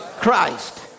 Christ